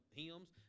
hymns